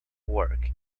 work